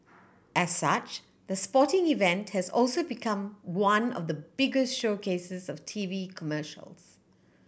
as such the sporting event has also become one of the biggest showcases of T V commercials